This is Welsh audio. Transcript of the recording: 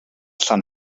allan